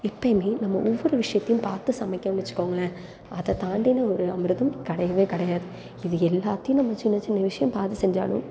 எப்பவுமே நம்ம ஒவ்வொரு விஷயத்தையும் பார்த்து சமைக்கிறோன்னு வச்சுக்கோங்களேன் அதை தாண்டின ஒரு அமிர்தம் கிடையவே கிடையாது இது எல்லாத்தையும் நம்ம சின்ன சின்ன விஷயம் பார்த்து செஞ்சாலும்